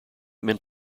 meant